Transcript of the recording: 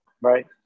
right